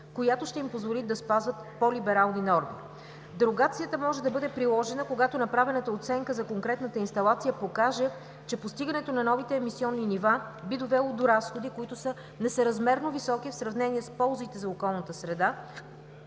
която ще им позволи да спазят по-либерални норми. Дерогацията може да бъде приложена, когато направената оценка за конкретната инсталация покаже, че постигането на новите емисионни нива би довело до разходи, които са несъразмерно високи в сравнение с ползите за околната среда